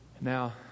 Now